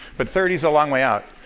but thirty is a long way out.